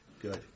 Good